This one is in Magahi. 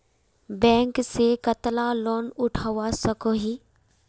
बैंक से कतला लोन उठवा सकोही?